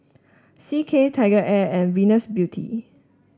C K TigerAir and Venus Beauty